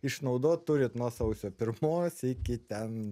išnaudot turit nuo sausio pirmos iki ten